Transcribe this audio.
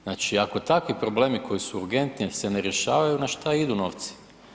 Znači ako takvi problemi koji su urgentni se ne rješavaju, na šta idu novci?